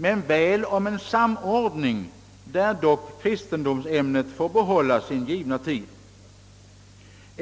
men väl om en samordning, i vilken kristendomsämnet dock får behålla sin givna tid.